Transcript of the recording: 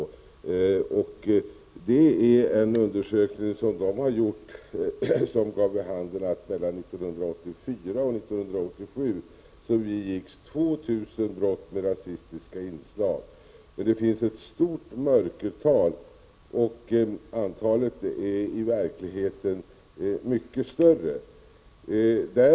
Rapporten grundar sig på en undersökning som gav vid handen att det mellan 1984 och 1987 begicks 2 000 brott med rasistiska inslag. Men det finns ett stort mörkertal, och antalet är i verkligheten mycket större.